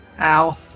Ow